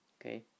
Okay